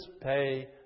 pay